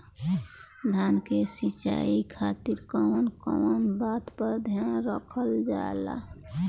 धान के सिंचाई खातिर कवन कवन बात पर ध्यान रखल जा ला?